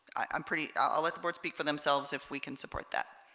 i'm pretty i'll let the board speak for themselves if we can support that